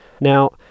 Now